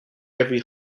every